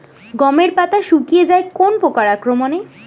গমের পাতা শুকিয়ে যায় কোন পোকার আক্রমনে?